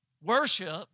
Worship